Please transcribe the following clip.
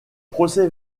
procès